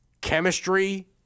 chemistry